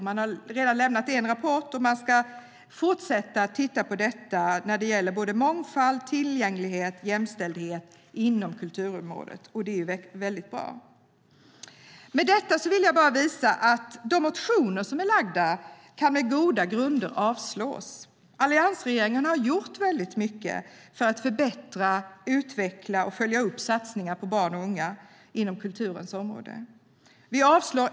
Man har redan lämnat en rapport och ska fortsätta att titta på mångfald, tillgänglighet och jämställdhet inom kulturområdet, och det är väldigt bra. Med detta vill jag visa att de motioner som lagts med goda grunder kan avslås. Alliansregeringen har gjort väldigt mycket för att förbättra, utveckla och följa upp satsningar på barn och unga inom kulturens område.